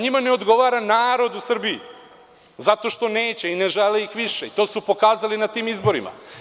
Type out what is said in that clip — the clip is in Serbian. Njima ne odgovara narod u Srbiji, zato što neće i ne žele ih više i to su pokazali na tim izborima.